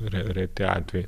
re reti atvejai